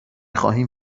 خواهیم